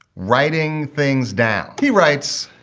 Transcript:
writing things down. he writes,